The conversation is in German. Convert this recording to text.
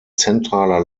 zentraler